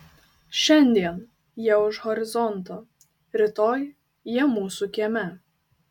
šiandien jie už horizonto rytoj jie mūsų kieme